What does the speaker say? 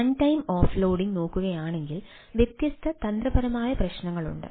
runtime offloading നോക്കുകയാണെങ്കിൽ വ്യത്യസ്ത തന്ത്രപരമായ പ്രശ്നങ്ങളുണ്ട്